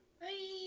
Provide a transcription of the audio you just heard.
Bye